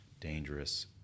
dangerous